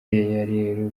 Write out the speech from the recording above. rero